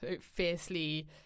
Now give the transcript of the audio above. fiercely